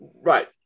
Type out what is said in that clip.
right